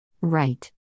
Right